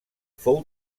fou